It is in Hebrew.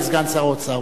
בבקשה, השר כהן.